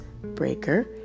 Breaker